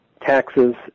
taxes